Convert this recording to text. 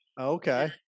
okay